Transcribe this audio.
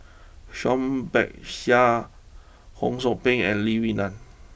Peck Seah Ho Sou Ping and Lee Wee Nam